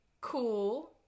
cool